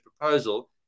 proposal